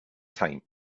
time